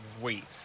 Wait